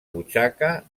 butxaca